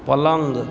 पलङ्ग